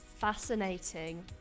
Fascinating